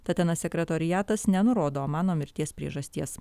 tatena sekretoriatas nenurodo amano mirties priežasties